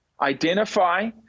identify